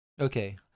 Okay